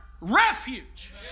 refuge